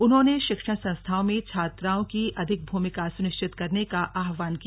उन्होंने शिक्षण संस्थाओं में छात्राओं की अधिक भूमिका सुनिश्चित करने का आहवान किया